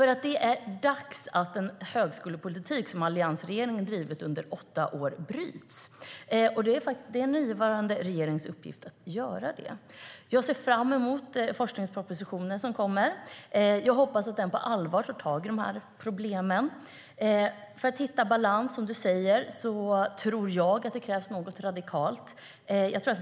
Det är dags att den högskolepolitik som alliansregeringen drivit under åtta år bryts. Det är den nuvarande regeringens uppgift att göra det. Jag ser fram emot forskningspropositionen. Jag hoppas att den på allvar ska ta tag i problemen. För att hitta balans - som statsrådet säger - tror jag att det krävs något radikalt.